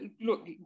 look